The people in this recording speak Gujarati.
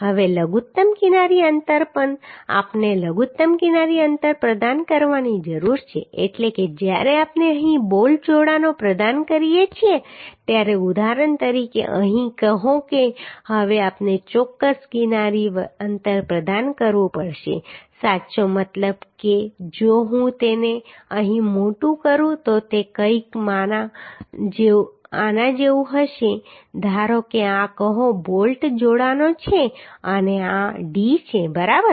હવે લઘુત્તમ કિનારી અંતર પણ આપણે લઘુત્તમ કિનારી અંતર પ્રદાન કરવાની જરૂર છે એટલે કે જ્યારે આપણે અહીં બોલ્ટ જોડાણો પ્રદાન કરીએ છીએ ત્યારે ઉદાહરણ તરીકે અહીં કહો કે હવે આપણે ચોક્કસ કિનારી અંતર પ્રદાન કરવું પડશે સાચો મતલબ કે જો હું તેને અહીં મોટું કરું તો તે કંઈક આના જેવું હશે ધારો કે આ કહો બોલ્ટ જોડાણો છે અને આ d છે બરાબર